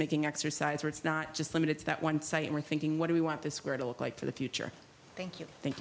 making exercise or it's not just limited to that one site we're thinking what do we want this war to look like for the future thank you thank